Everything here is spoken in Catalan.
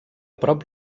prop